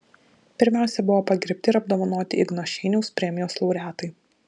pirmiausia buvo pagerbti ir apdovanoti igno šeiniaus premijos laureatai